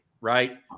Right